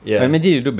ya